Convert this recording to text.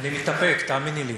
אני מתאפק, תאמיני לי.